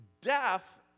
death